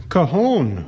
Cajon